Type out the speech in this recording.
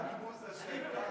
אני מוותר?